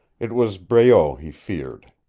it was breault he feared.